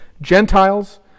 Gentiles